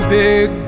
big